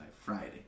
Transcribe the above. Friday